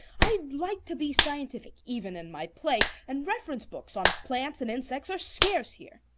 i like to be scientific, even in my play, and reference books on plants and insects are scarce here.